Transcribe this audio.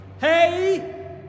hey